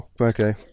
okay